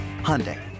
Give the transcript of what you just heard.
Hyundai